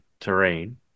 terrain